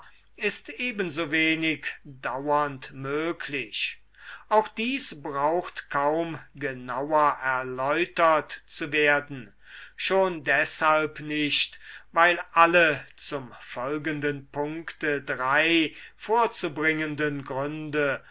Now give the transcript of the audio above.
ist ebensowenig dauernd möglich auch dies braucht kaum genauer erläutert zu werden schon deshalb nicht weil alle zum folgenden punkte vorzubringenden gründe